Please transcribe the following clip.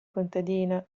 contadina